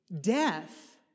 death